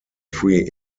free